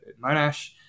monash